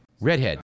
Redhead